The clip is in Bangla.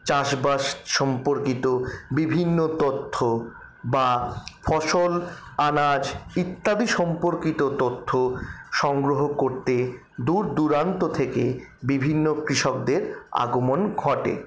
চাষবাস সম্পর্কিত বিভিন্ন তথ্য বা ফসল আনাজ ইত্যাদি সম্পর্কিত তথ্য সংগ্রহ করতে দূর দূরান্ত থেকে বিভিন্ন কৃষকদের আগমন ঘটে